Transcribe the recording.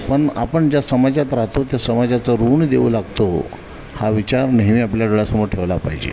पण आपण ज्या समाजात राहतो त्या समाजाचं ऋण देऊ लागतो हा विचार नेहमी आपल्या डोळ्यासमोर ठेवला पाहिजे